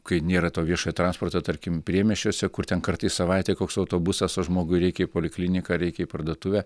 kai nėra to viešojo transporto tarkim priemiesčiuose kur ten kartais į savaitę koks autobusas o žmogui reikia į polikliniką reikia į parduotuvę